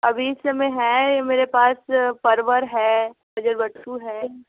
अभी इस समय है मेरे पास परवल है है